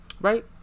right